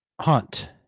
hunt